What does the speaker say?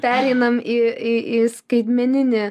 pereinam į į į skaitmeninį